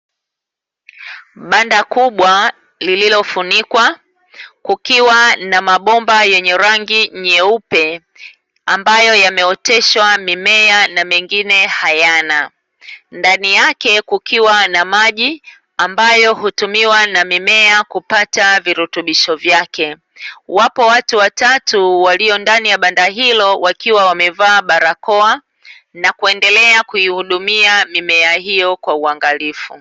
Banda kubwa lililofunikwa kukiwa na mabomba yenye rangi nyeupe ambayo yameoteshwa mimea na mengine hayana, ndani yake kukiwa na maji ambayo hutumiwa na mimea kupata virutubisho vyake. Wapo watu watatu walio ndani ya banda hilo wakiwa wamevaa barakoa na kuendelea kuihudumia mimea hiyo kwa uangalifu.